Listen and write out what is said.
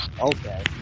Okay